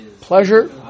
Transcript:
pleasure